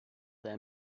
their